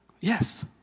yes